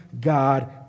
God